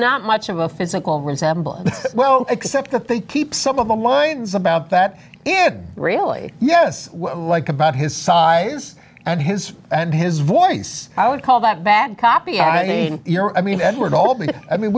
not much of a physical resemblance well except that they keep some of them lines about that really yes like about his size and his and his voice i would call that bad copy i mean you know i mean edward all of the i mean